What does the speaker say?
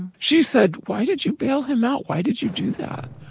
she said, why did you bail him out? why did you do that?